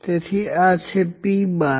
તેથી આ છે P¯